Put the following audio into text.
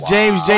James